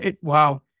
wow